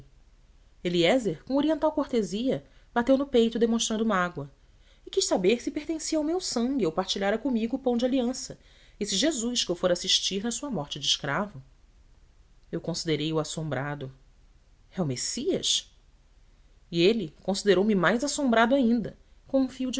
eliézer com oriental cortesia bateu no peito demonstrando mágoa e quis saber se pertencia ao meu sangue ou partilhara comigo o pão de aliança esse jesus que eu fora assistir na sua morte de escravo eu considerei o assombrado é o messias e ele considerou me mais assombrado ainda